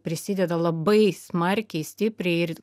prisideda labai smarkiai stipriai ir